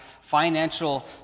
financial